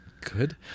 Good